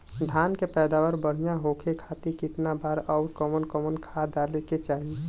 धान के पैदावार बढ़िया होखे खाती कितना बार अउर कवन कवन खाद डाले के चाही?